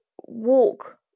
walk